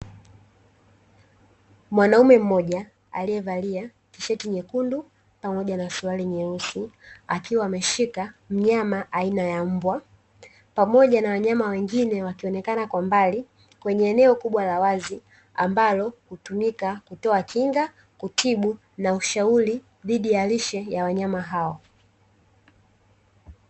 Mwanaume mmoja aliyevalia tisheti nyekundu pamoja na suruali nyeusi, akiwa ameshika mnyama aina ya mbwa; pamoja na wanyama wengine wakionekana kwa mbali kwenye eneo kubwa la wazi ambalo hutumika kutoa kinga, kutibu na ushauri dhidi ya lishe ya wanyama hao.